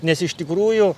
nes iš tikrųjų